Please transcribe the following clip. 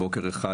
בוקר אחד,